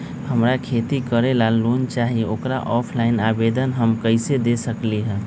हमरा खेती करेला लोन चाहि ओकर ऑफलाइन आवेदन हम कईसे दे सकलि ह?